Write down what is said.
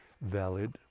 valid